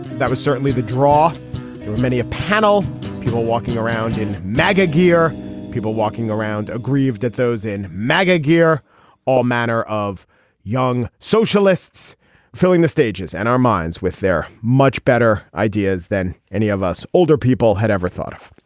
that was certainly the draw many a panel people walking around in maga gear people walking around aggrieved at those in maga gear all manner of young socialists filling the stages and our minds with their much better ideas than any of us older people had ever thought of.